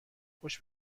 خوش